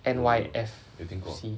N_Y_F_C